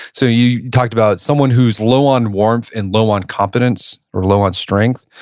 so, you talked about someone who's low on warmth and low on competence, or low on strength.